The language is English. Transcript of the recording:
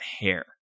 hair